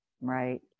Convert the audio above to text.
Right